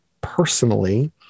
personally